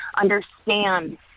understand